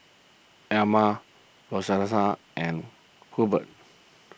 Erma Rosetta and Hurbert